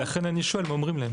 לכן אני שואל מה אומרים להם.